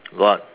got